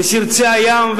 שרצי הים,